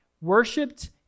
Worshipped